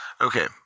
okay